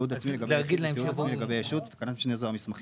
תיעוד עצמי לגבי יחיד ותיעוד עצמי לגבי ישות (בתקנת משנה זו המסמכים),